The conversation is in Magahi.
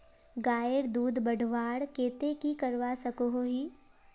गायेर दूध बढ़वार केते की करवा सकोहो ही?